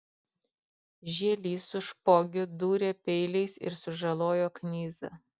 žielys su špogiu dūrė peiliais ir sužalojo knyzą